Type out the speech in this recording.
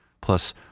plus